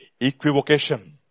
Equivocation